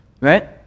Right